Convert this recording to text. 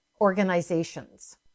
organizations